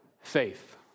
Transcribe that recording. faith